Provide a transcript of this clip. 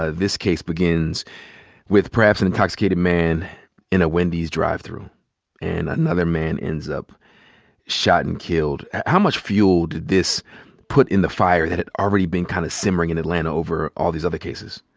ah this case begins with perhaps an intoxicated man in a wendy's drive-through and another man ends up shot and killed. how much fuel did this put in the fire that had already been kinda kind of simmering in atlanta over all these other cases?